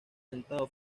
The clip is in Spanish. sentado